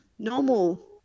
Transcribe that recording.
normal